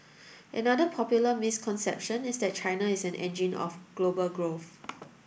another popular misconception is that China is an engine of global growth